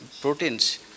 proteins